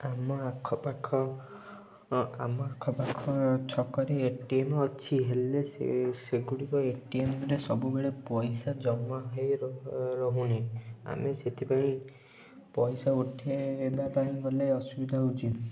ଆମ ଆଖ ପାଖ ଆମ ଆଖପାଖ ଛକ ରେ ଏ ଟି ଏମ ଅଛି ହେଲେ ସେ ସେଗୁଡ଼ିକ ଏଟିଏମରେ ସବୁବେଳେ ପଇସା ଜମା ହେଇ ର ରହୁନି ଆମେ ସେଥିପାଇଁ ପଇସା ଉଠେଇବା ପାଇଁ ଗଲେ ଅସୁବିଧା ହଉଛି